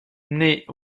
née